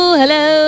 hello